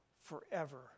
forever